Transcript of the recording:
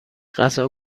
غذا